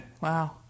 Wow